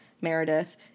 Meredith